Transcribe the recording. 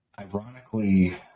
Ironically